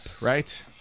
right